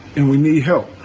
and we need help.